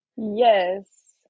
Yes